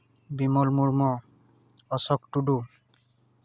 Bimal Murmu Ashok Tudu